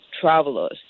travelers